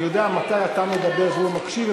אני יודע מתי אתה מדבר והוא מקשיב,